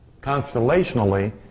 Constellationally